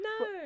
no